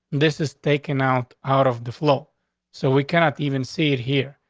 this is taken out out of the flow so we cannot even see it here.